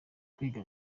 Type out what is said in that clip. kwiga